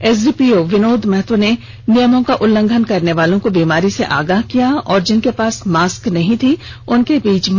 SDPO Vinod Mahto ने नियमों का उल्लंघन करने वालो को बीमारी से आगाह किया और जिनके पास मास्क नहीं था उनके बीच मास्क वितरित किया